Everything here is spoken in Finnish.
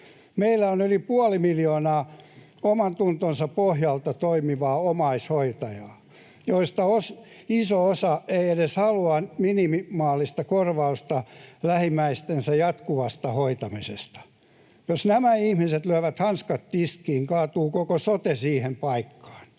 Meillä on yli puoli miljoonaa omantuntonsa pohjalta toimivaa omaishoitajaa, joista iso osa ei edes halua minimaalista korvausta lähimmäistensä jatkuvasta hoitamisesta. Jos nämä ihmiset lyövät hanskat tiskiin, kaatuu koko sote siihen paikkaan.